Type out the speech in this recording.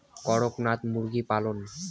করকনাথ মুরগি পালন?